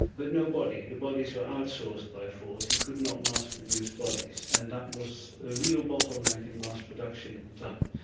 but no body. and the bodies were outsourced by ford, he could not mass-produce bodies, and that was a real bottleneck in mass production at the time.